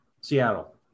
Seattle